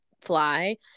fly